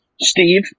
Steve